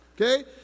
Okay